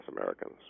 Americans